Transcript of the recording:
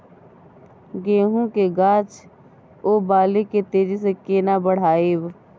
गेहूं के गाछ ओ बाली के तेजी से केना बढ़ाइब?